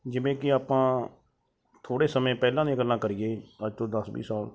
ਜਿਵੇਂ ਕਿ ਆਪਾਂ ਥੋੜ੍ਹੇ ਸਮੇਂ ਪਹਿਲਾਂ ਦੀਆਂ ਗੱਲਾਂ ਕਰੀਏ ਅੱਜ ਤੋਂ ਦਸ ਵੀਹ ਸਾਲ